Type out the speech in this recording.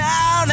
Now